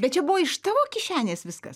bet čia buvo iš tavo kišenės viskas